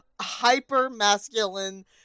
hyper-masculine